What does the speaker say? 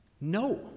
No